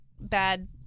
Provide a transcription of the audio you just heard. bad